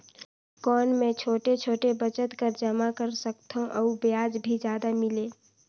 कौन मै छोटे छोटे बचत कर जमा कर सकथव अउ ब्याज भी जादा मिले?